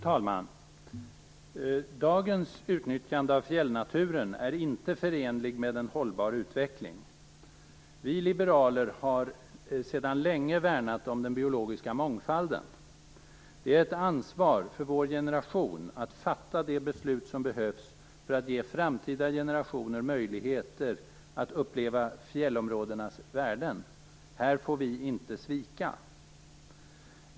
Fru talman! Dagens utnyttjande av fjällnaturen är inte förenligt med en hållbar utveckling. Vi liberaler har sedan länge värnat om den biologiska mångfalden. Det är ett ansvar för vår generation att fatta de beslut som behövs för att ge framtida generationer möjligheter att uppleva fjällområdenas värden. Här får vi inte svika.